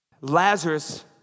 Lazarus